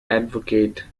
advocate